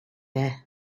there